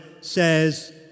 says